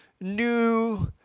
new